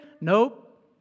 Nope